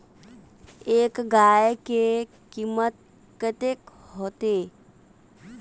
एक गाय के कीमत कते होते?